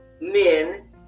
men